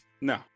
No